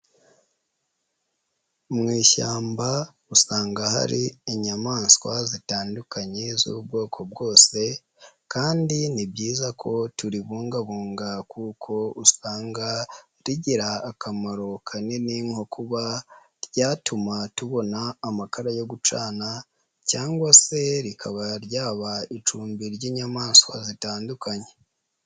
Mu ishyamba usanga hari inyamaswa zitandukanye z'ubwoko bwose kandi ni byiza ko turibungabunga kuko usanga rigira akamaro kanini nko kuba ryatuma tubona amakara yo gucana cyangwa se rikaba ryaba icumbi ry'inyamaswa zitandukanye.